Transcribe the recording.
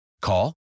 Call